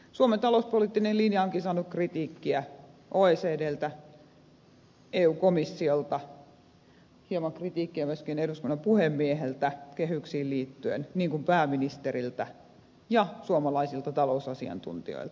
suomen talouspoliittinen linja onkin saanut kritiikkiä oecdltä eu komissiolta hieman kritiikkiä myöskin eduskunnan puhemieheltä kehyksiin liittyen niin kuin pääministeriltä ja suomalaisilta talousasiantuntijoilta